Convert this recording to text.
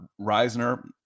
Reisner